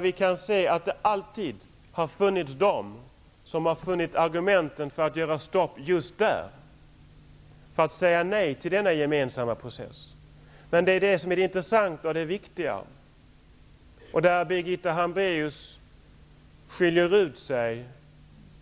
Vi kan se att det alltid har funnits de som funnit argumenten för att göra stopp just där och därmed säga nej till denna gemensamma process. Men det är det som är det intressanta och det viktiga, och det är där Birgitta Hambraeus skiljer ut sig.